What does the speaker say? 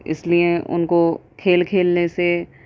اس لیے ان کو کھیل کھیلنے سے